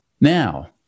Now